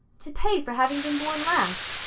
to pay for having been born last?